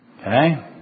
Okay